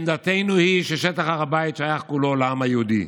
עמדתנו היא ששטח הר הבית שייך כולו לעם היהודי.